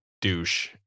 douche